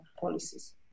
policies